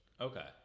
Okay